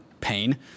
pain